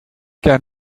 gern